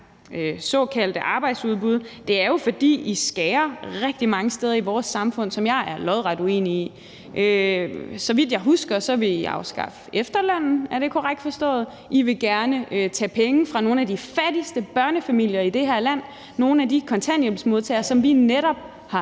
såkaldte arbejdsudbud, er, at I skærer ned rigtig mange steder i vores samfund – nedskæringer, jeg er lodret uenig i. Så vidt jeg husker, vil I afskaffe efterlønnen. Er det korrekt forstået? I vil gerne tage penge fra nogle af de fattigste børnefamilier i det her land, nogle af de kontanthjælpsmodtagere, som vi netop har